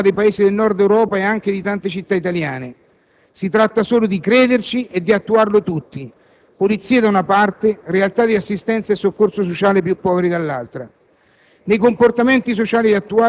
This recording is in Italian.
Questo tipo di modalità è la norma nei Paesi del Nord Europa e anche di tante città italiane. Si tratta solo di crederci e di attuarlo tutti: polizie da una parte, realtà di assistenza e soccorso sociale per i poveri dall'altra.